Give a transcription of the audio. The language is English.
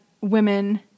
women